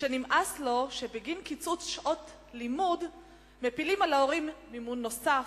שנמאס לו שבגין קיצוץ שעות לימוד מפילים על ההורים מימון נוסף,